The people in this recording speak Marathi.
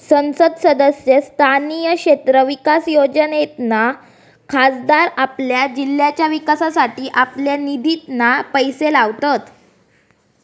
संसद सदस्य स्थानीय क्षेत्र विकास योजनेतना खासदार आपल्या जिल्ह्याच्या विकासासाठी आपल्या निधितना पैशे लावतत